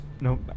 No